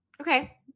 okay